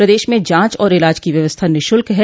प्रदेश में जांच और इलाज की व्यवस्था निःशुल्क है